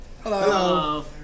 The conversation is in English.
Hello